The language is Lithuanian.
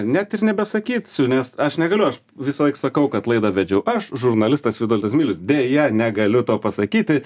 net ir nebesakyt nes aš negaliu aš visąlaik sakau kad laidą vedžiau aš žurnalistas vitoldas milius deja negaliu to pasakyti